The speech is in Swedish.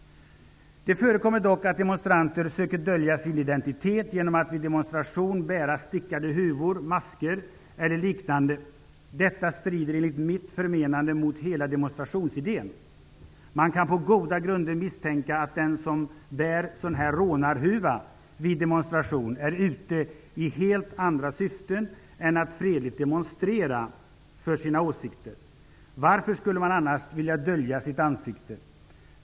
Det förekommer dock att demonstranter söker dölja sin identitet genom att vid demonstration bära stickade huvor, masker eller liknande. Detta strider enligt mitt förmenande mot hela demonstrationsidén. Man kan på goda grunder misstänka att den som bär ''rånarhuva' vid demonstration är ute i helt andra syften än att fredligt demonstrera för sina åsikter. Varför skulle man annars vilja dölja sitt ansikte?